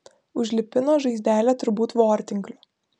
užlipino žaizdelę turbūt vortinkliu